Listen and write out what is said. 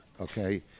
Okay